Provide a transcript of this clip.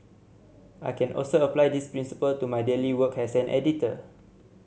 I can also apply this principle to my daily work as an editor